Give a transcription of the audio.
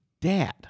dad